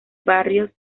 barrios